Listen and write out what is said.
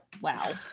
Wow